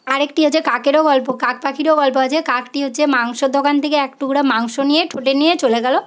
আরেকটি হচ্ছে কাকেরও গল্প কাক পাখিরও গল্প আছে কাকটি হচ্ছে মাংসের দোকান থেকে এক টুকরো মাংস নিয়ে ঠোঁটে নিয়ে চলে গেল